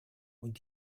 und